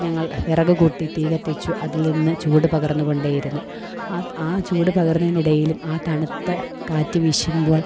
ഞങ്ങൾ വിറക് കൂട്ടി തീ കത്തിച്ചു അതിൽ നിന്ന് ചൂട് പകർന്നു കൊണ്ടേയിരുന്നു ആ ചൂട് പകർന്നതിനിടയിലും ആ തണുത്ത കാറ്റ് വീശുമ്പോൾ